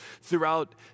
throughout